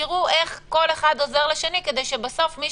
תראו איך כל אחד עוזר לשני כדי שבסוף מי